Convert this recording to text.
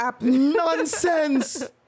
nonsense